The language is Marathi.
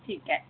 ठीक आहे